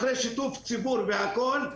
אחרי שיתוף הציבור והכל,